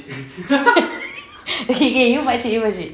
okay okay you makcik you makcik